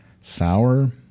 sour